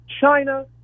China